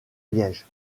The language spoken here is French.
liège